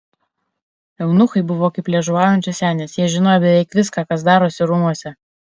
eunuchai buvo kaip liežuvaujančios senės jie žinojo beveik viską kas darosi rūmuose